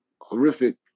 horrific